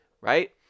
right